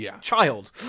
child